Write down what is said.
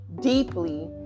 deeply